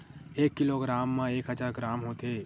एक किलोग्राम मा एक हजार ग्राम होथे